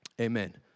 amen